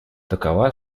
такова